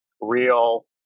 real